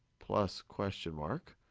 plus question mark,